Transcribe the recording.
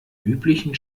üblichen